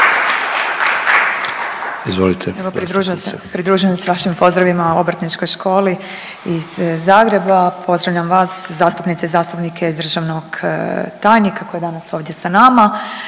Evo pridružujem se vašim pozdravima Obrtničkoj školi iz Zagreba. Pozdravljam vas zastupnike i zastupnice i državnog tajnika koji je danas ovdje sa nama.